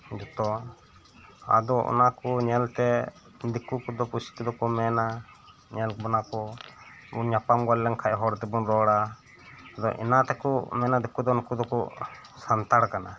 ᱡᱷᱚᱛᱚ ᱟᱫᱚ ᱚᱱᱟ ᱠᱚ ᱧᱮᱞ ᱛᱮ ᱫᱤᱠᱩ ᱠᱚᱫᱚ ᱯᱩᱥᱤ ᱠᱚᱫᱚ ᱠᱚ ᱢᱮᱱᱟ ᱧᱮᱞ ᱵᱚᱱᱟ ᱠᱚ ᱧᱟᱯᱟᱢ ᱜᱚᱫ ᱞᱮᱱ ᱠᱷᱟᱱ ᱦᱚᱲ ᱛᱮᱵᱚᱱ ᱨᱚᱲᱟ ᱟᱫᱚ ᱚᱱᱟ ᱛᱮᱠᱚ ᱢᱮᱱᱟ ᱫᱮᱠᱳ ᱫᱚ ᱱᱩᱠᱩ ᱫᱚᱠᱚ ᱥᱟᱱᱛᱟᱲ ᱠᱟᱱᱟ